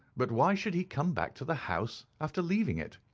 but why should he come back to the house after leaving it?